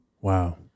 Wow